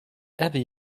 heavy